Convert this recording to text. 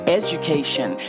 education